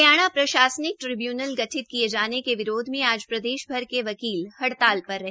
हरियाणा प्रशासनिक ट्रिब्यूनल गठित किये जाने के विरोध में आज प्रदेश भर के वकीलों ने हड़ताल पर रहे